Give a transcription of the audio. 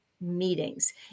meetings